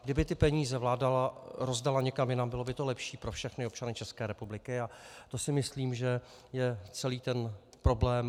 Kdyby tyto peníze vláda rozdala někam jinam, bylo by to lepší pro všechny občany České republiky, a to si myslím, že je celý ten problém.